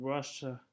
Russia